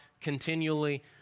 continually